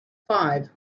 five